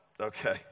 okay